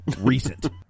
Recent